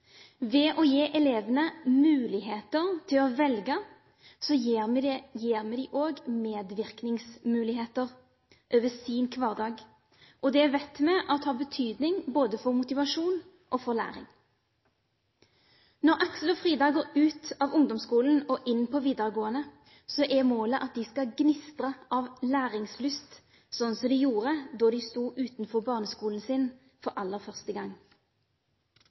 Ved å gi elevene muligheter til å velge gir vi dem også medvirkningsmuligheter i sin hverdag. Det vet vi har betydning for både motivasjon og læring. Når Aksel og Frida går ut av ungdomsskolen og inn på videregående, er målet at de skal gnistre av læringslyst, sånn som de gjorde da de sto utenfor barneskolen sin for aller første gang.